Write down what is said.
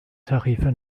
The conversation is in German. tarife